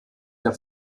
der